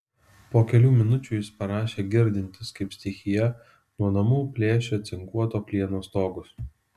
po kelių minučių jis parašė girdintis kaip stichija nuo namų plėšia cinkuoto plieno stogus